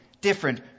different